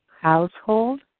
household